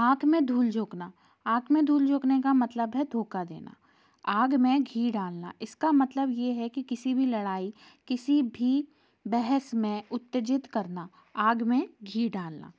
आँख में धूल झोंकना आँख में धूल झोंकने का मतलब है धोका देना आग में घी डालना इसका मतलब ये है कि किसी भी लड़ाई किसी भी बहस में उत्तेजित करना आग में घी डालना